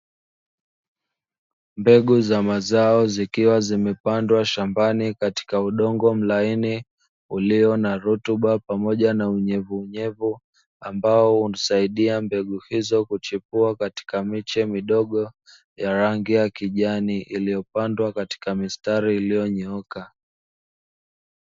Mbegu za mazao zikiwa zimepandwa shambani katika udongo mlaini ulio na rutuba pamoja na unyevuunyevu, ambao husaidia mbegu hizo kuchipua katika miche midogo ya rangi ya kijani iliyopandwa katika mistari iliyonyooka.